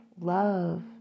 love